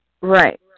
Right